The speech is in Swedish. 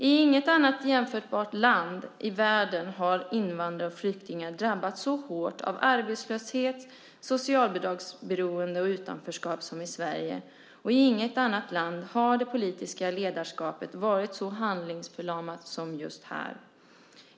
I inget annat jämförbart land i världen har invandrare och flyktingar drabbats så hårt av arbetslöshet, socialbidragsberoende och utanförskap som i Sverige. Och i inget annat land har det politiska ledarskapet varit så handlingsförlamat som just här.